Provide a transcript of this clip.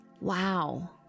Wow